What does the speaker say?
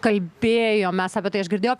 kalbėjom mes apie tai aš girdėjau